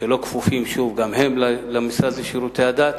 שלא כפופים, שוב, גם הם, למשרד לשירותי הדת.